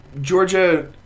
Georgia